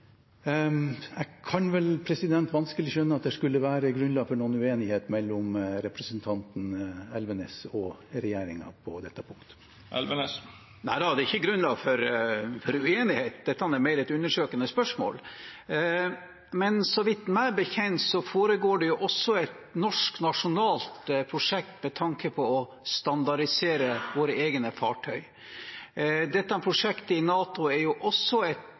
jeg kan vel vanskelig skjønne at det skulle være grunnlag for noen uenighet mellom representanten Elvenes og regjeringen på dette punktet. Nei da, det er ikke grunnlag for uenighet, dette er mer et undersøkende spørsmål. Meg bekjent foregår det også et norsk, nasjonalt prosjekt med tanke på å standardisere våre egne fartøy. Prosjektet i NATO er også et